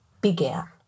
began